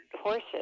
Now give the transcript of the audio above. horses